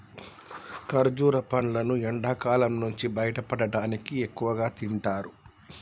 ఖర్జుర పండ్లును ఎండకాలం నుంచి బయటపడటానికి ఎక్కువగా తింటారు